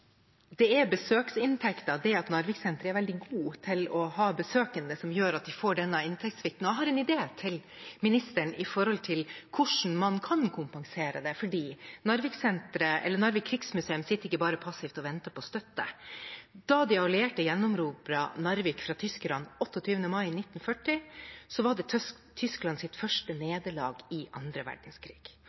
Det er besøksinntekter – det at Narviksenteret er veldig gode til å ha besøkende – som gjør at de får denne inntektssvikten, og jeg har en idé til ministeren om hvordan man kan kompensere det. Narvik Krigsmuseum sitter ikke bare passivt og venter på støtte. Da de allierte gjenerobret Narvik fra tyskerne 28. mai 1940, var det Tysklands første nederlag i annen verdenskrig.